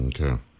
Okay